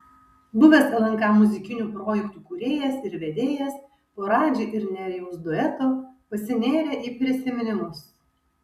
buvęs lnk muzikinių projektų kūrėjas ir vedėjas po radži ir nerijaus dueto pasinėrė į prisiminimus